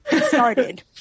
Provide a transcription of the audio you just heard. started